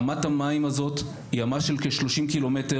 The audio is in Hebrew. אמת המים הזאת היא אמה של כ-30 קילומטר,